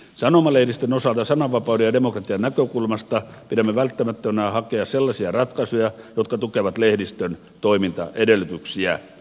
sanomalehdistön osalta sananvapauden ja demokratian näkökulmasta pidämme välttämättömänä hakea sellaisia ratkaisuja jotka tukevat lehdistön toimintaedellytyksiä